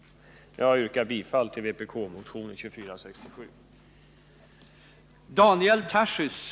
Jag yrkar bifall till vpk-motionen 2467.